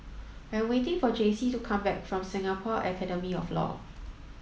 I am waiting for Jaycee to come back from Singapore Academy of Law